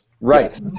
Right